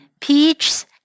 peaches